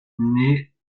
naît